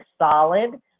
solid